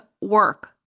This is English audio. work